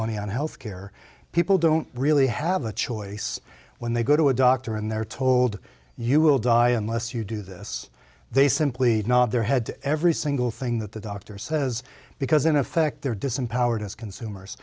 money on health care people don't really have a choice when they go to a doctor and they're told you will die unless you do this they simply not there had to every single thing that the doctor says because in effect there disempowered as consumers